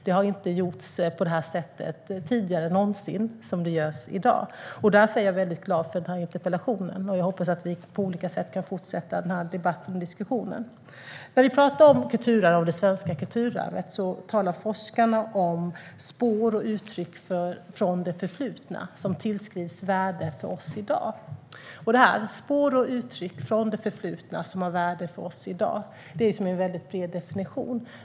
Det har inte någonsin tidigare gjorts på det sätt som görs i dag. Därför är jag mycket glad för denna interpellation. Jag hoppas att vi på olika sätt kan fortsätta med denna debatt och diskussion. När vi talar om det svenska kulturarvet talar forskarna om spår och uttryck från det förflutna som tillskrivs värde för oss i dag. Spår och uttryck från det förflutna som har värde för oss i dag är en mycket bred definition.